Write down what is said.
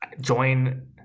join